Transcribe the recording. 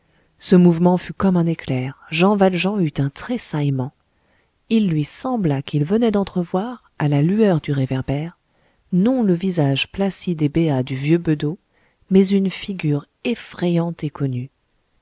ce mouvement fut comme un éclair jean valjean eut un tressaillement il lui sembla qu'il venait d'entrevoir à la lueur du réverbère non le visage placide et béat du vieux bedeau mais une figure effrayante